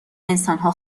انسانها